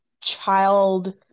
child